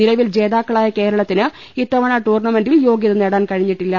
നിലവിൽ ജേതാക്കളായ കേരളത്തിന് ഇത്തവണ ടൂർണ്ണമെന്റിൽ യോഗ്യത നേടാൻ കഴിഞ്ഞില്ല